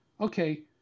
Okay